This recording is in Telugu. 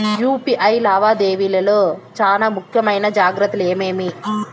యు.పి.ఐ లావాదేవీల లో చానా ముఖ్యమైన జాగ్రత్తలు ఏమేమి?